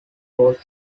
was